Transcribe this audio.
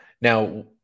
Now